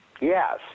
yes